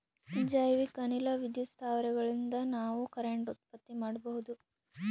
ಜೈವಿಕ್ ಅನಿಲ ವಿದ್ಯುತ್ ಸ್ಥಾವರಗಳಿನ್ದ ನಾವ್ ಕರೆಂಟ್ ಉತ್ಪತ್ತಿ ಮಾಡಬಹುದ್